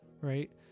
right